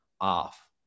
off